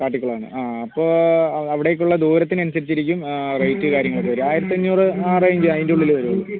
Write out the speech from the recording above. കാട്ടിക്കുളാണ് ആ അപ്പോൾ അവിടേക്കുള്ള ദൂരത്തിനനുസരിച്ച് ഇരിക്കും റേറ്റ് കാര്യങ്ങളൊക്കെ വരുക ആയിരത്തഞ്ഞൂറു ആ റേഞ്ച് അതിന്റുള്ളിൽ വരുള്ളൂ